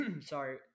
sorry